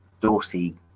Dorsey